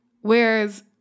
Whereas